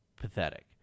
pathetic